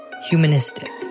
humanistic